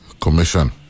Commission